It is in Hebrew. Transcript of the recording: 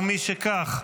ומשכך,